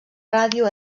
ràdio